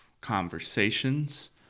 conversations